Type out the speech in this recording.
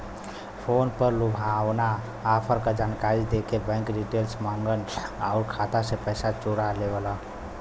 phone पर लुभावना offer क जानकारी देके बैंक डिटेल माँगन आउर खाता से पैसा चोरा लेवलन